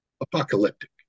apocalyptic